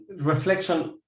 reflection